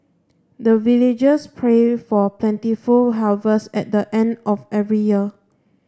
the villagers pray for plentiful harvest at the end of every year